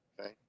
okay